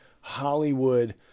Hollywood